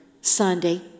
Sunday